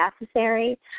necessary